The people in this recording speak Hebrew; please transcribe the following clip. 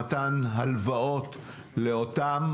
בחינה של הקמת קרן ומתן הלוואות לאותם